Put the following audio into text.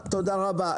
רות, תודה רבה.